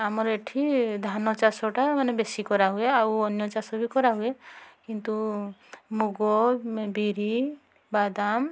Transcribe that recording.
ଆମର ଏଠି ଧାନ ଚାଷଟା ମାନେ ବେଶୀ କରାହୁଏ ଆଉ ଅନ୍ୟ ଚାଷବି କରାହୁଏ କିନ୍ତୁ ମୁଗ ବିରି ବାଦାମ